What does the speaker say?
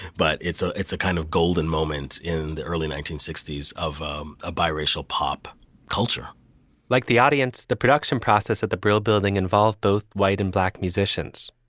but it's a it's a kind of golden moment in the early nineteen sixty s of um ah a racial pop culture like the audience. the production process at the brill building involves both white and black musicians,